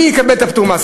מי יקבל את הפטור ממס,